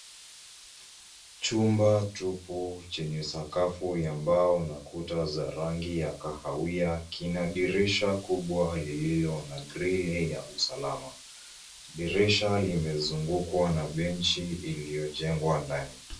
Chumba tupu chenye sakafu ya mbao na kuta za rangi ya kahawia kina dirisha kubwa lililo na grili ya usalama. Dirisha limezungukwa na benchi iliyojengwa ndani.